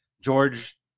George